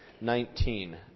Nineteen